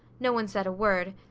no one said a word.